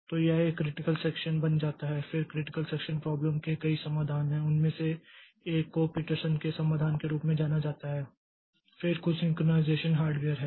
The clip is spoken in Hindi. तो यह एक क्रिटिकल सेक्षन बन जाता है फिर क्रिटिकल सेक्षन प्राब्लम के कई समाधान हैं उनमें से एक को पीटरसन के समाधान के रूप में जाना जाता है फिर कुछ सिंक्रनाइज़ेशन हार्डवेयर है